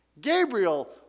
Gabriel